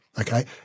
Okay